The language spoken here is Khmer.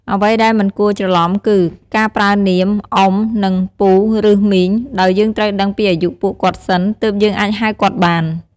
អ្វីដែលមិនគួរច្រឡំគឺ ការប្រើនាម "អ៊ុំ" និង "ពូ ឬ មីង" ដោយយើងត្រូវដឹងពីអាយុពួកគាត់សិន ទើបយើងអាចហៅគាត់បាន។